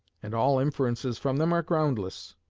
and all inferences from them are groundless.